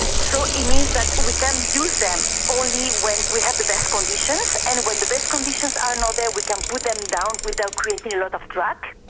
so it means that we can use them only when we have the best conditions. and when the best conditions are not there we can put them down without creating a lot of drag.